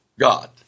God